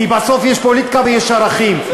כי בסוף יש פוליטיקה ויש ערכים,